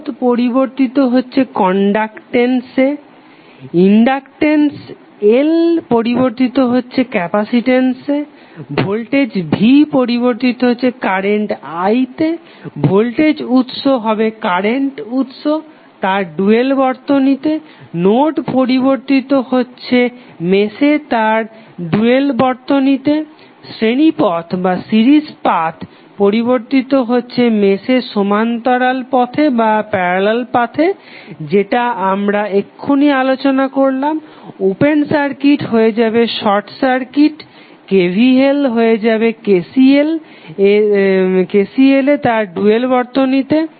রোধ পরিবর্তিত হচ্ছে কনডাকটেন্সে ইনডাকটেন্স L পরিবর্তিত হচ্ছে ক্যাপাসিটেন্সে ভোল্টেজ V পরিবর্তিত হচ্ছে কারেন্ট I তে ভোল্টেজ উৎস হবে কারেন্ট উৎস তার ডুয়াল বর্তনীতে নোড পরিবর্তিত হচ্ছে মেশে তার ডুয়াল বর্তনীতে শ্রেণী পথ পরিবর্তিত হচ্ছে মেশে সমান্তরাল পথে যেটা আমরা এক্ষুনি আলোচনা করলাম ওপেন সার্কিট হয়ে যাবে শর্ট সার্কিট KVL হয়ে যাবে KCL এ তার ডুয়াল বর্তনীতে